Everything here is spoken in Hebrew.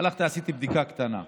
הלכתי ועשיתי בדיקה קטנה.